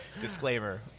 disclaimer